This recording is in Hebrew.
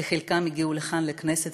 וחלקם הגיעו לכאן לכנסת,